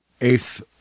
eighth –